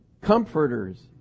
comforters